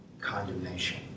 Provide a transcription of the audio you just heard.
condemnation